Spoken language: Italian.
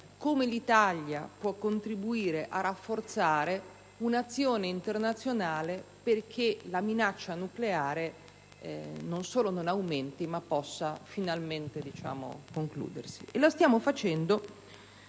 come l'Italia possa contribuire a rafforzare un'azione internazionale perché la minaccia nucleare non solo non aumenti ma possa finalmente concludersi. Stiamo facendo